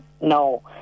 no